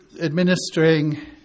administering